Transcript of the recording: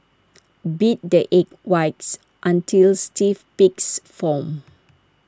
beat the egg whites until stiff peaks form